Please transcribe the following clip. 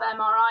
MRI